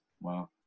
wow